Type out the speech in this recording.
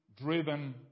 driven